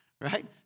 right